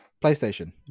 PlayStation